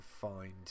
find